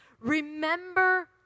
Remember